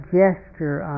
gesture